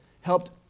helped